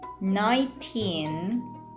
nineteen